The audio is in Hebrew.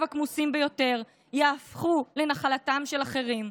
הכמוסים ביותר יהפכו לנחלתם של אחרים.